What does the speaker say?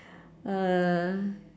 uh